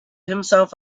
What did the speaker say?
himself